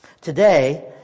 Today